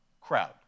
crowd